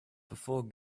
before